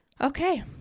Okay